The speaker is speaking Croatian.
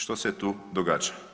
Što se tu događa?